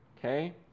Okay